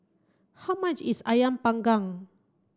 how much is Ayam panggang